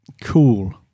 cool